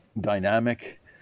dynamic